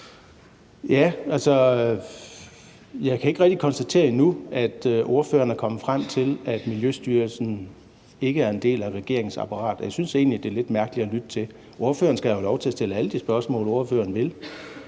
rigtig konstatere, at ordføreren er kommet frem til, at Miljøstyrelsen ikke er en del af regeringsapparatet. Jeg synes egentlig, det er lidt mærkeligt at lytte til. Ordføreren skal have lov til at stille alle de spørgsmål, ordføreren vil,